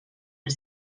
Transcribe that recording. els